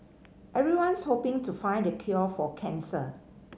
everyone's hoping to find the cure for cancer